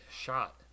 shot